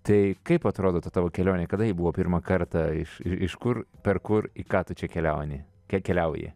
tai kaip atrodo ta tavo kelionė kada ji buvo pirmą kartą iš iš kur per kur į ką tu čia keliauni kiek keliauji